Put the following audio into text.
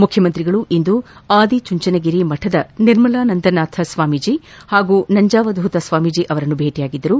ಮುಖ್ಯಮಂತ್ರಿಗಳು ಇಂದು ಆದಿ ಚುಂಚನಗಿರಿ ಮಠದ ನಿರ್ಮಲಾನಂದ ನಾಥ ಸ್ವಾಮೀಜಿ ಹಾಗೂ ನಂಜಾವಧೂತ ಸ್ವಾಮೀಜಿಯವರನ್ನು ಭೇಟಿಯಾಗಿದ್ದರು